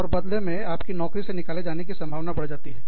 और बदले में आप की नौकरी से निकाले जाने की संभावना बढ़ जाती है